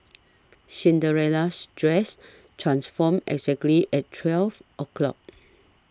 Cinderella's dress transformed exactly at twelve o' clock